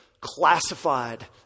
classified